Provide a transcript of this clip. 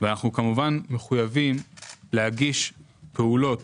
ואנחנו כמובן מחויבים להגיש פעולות